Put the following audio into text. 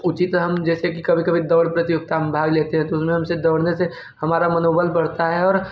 उचित हम जैसे कि कभी कभी दौड़ प्रतियोगिता में भाग लेते हैं तो उसमें हमसे दौड़ने से हमारा मनोबल बढ़ता है और